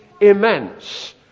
immense